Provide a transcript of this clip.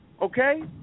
okay